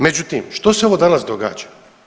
Međutim, što se ovo danas događa?